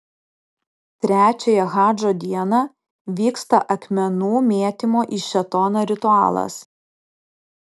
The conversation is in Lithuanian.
trečiąją hadžo dieną vyksta akmenų mėtymo į šėtoną ritualas